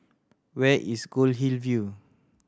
where is Goldhill View